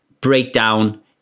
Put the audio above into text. breakdown